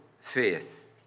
faith